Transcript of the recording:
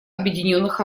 объединённых